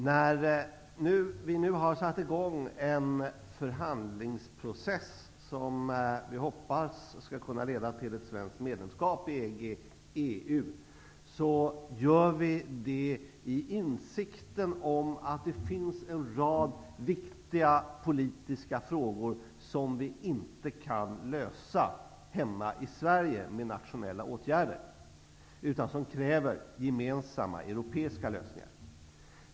När vi nu har satt i gång en förhandlingsprocess, som vi hoppas skall kunna leda till ett svenskt medlemskap i EG/EU, gör vi det i insikten om att det finns en rad viktiga politiska frågor som vi inte kan lösa hemma i Sverige med nationella åtgärder utan som kräver gemensamma europeiska lösningar.